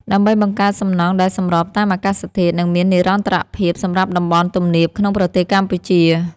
ដើម្បីបង្កើតសំណង់ដែលសម្របតាមអាកាសធាតុ និងមាននិរន្តរភាពសម្រាប់តំបន់ទំនាបក្នុងប្រទេសកម្ពុជា។